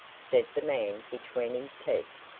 said the man, between his teeth,